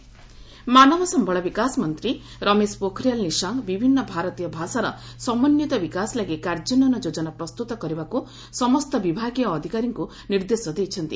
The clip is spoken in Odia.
ଏଚ୍ଆର୍ଡି ଲାଙ୍ଗୁଏଜ୍ ମାନବ ସମ୍ଭଳ ବିକାଶ ମନ୍ତ୍ରୀ ରମେଶ ପୋଖରିଆଲ୍ ନିଶଙ୍କ ବିଭିନ୍ନ ଭାରତୀୟ ଭାଷାର ସମନ୍ୱିତ ବିକାଶ ଲାଗି କାର୍ଯ୍ୟାନ୍ୱୟନ ଯୋଜନା ପ୍ରସ୍ତୁତ କରିବାକୁ ସମସ୍ତ ବିଭାଗୀୟ ଅଧିକାରୀଙ୍କୁ ଗତକାଲି ନିର୍ଦ୍ଦେଶ ଦେଇଛନ୍ତି